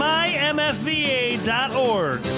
MyMFVA.org